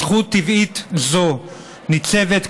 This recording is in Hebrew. זכות טבעית זו ניצבת,